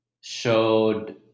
showed